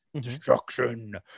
Destruction